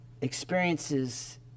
experiences